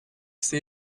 ise